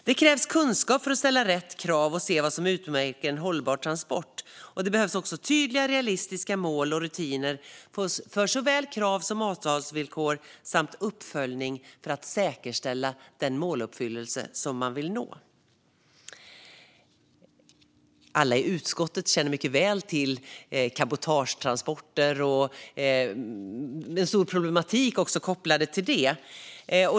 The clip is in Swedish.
Det krävs kunskap för att ställa rätt krav och se vad som utmärker en hållbar transport, och det behövs tydliga och realistiska mål och rutiner för såväl krav och avtalsvillkor som uppföljning för att säkerställa den måluppfyllelse man vill nå. Alla i utskottet känner mycket väl till cabotagetransporter och den stora problematik som är kopplad till dem.